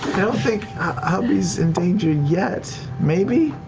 don't think hubby's in danger yet. maybe.